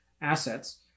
assets